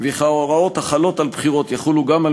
ולא רק על